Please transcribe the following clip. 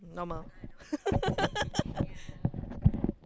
normal